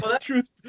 truth